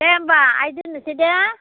दे होमबा आइ दोननोसै दे